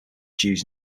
jews